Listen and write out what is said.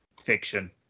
fiction